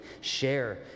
share